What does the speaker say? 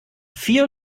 vier